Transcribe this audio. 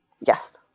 Yes